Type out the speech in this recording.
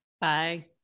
Bye